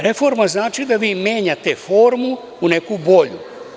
Reforma znači da vi menjate formu u neku bolju.